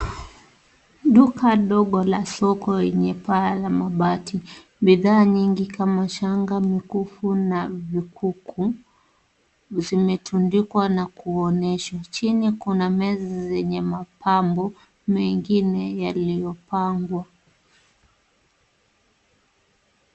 Duka ndogo la soko lenye paa la mabati. Bidhaa nyingi kama shanga, mkufu na vikuku zimetundikwa na kuonyeshwa. Chini kuna meza zenye mapambo mengine yaliyopambwa.